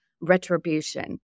retribution